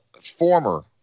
former